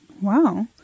Wow